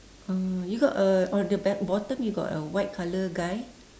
uh you got a on at the bottom you got a white colour guy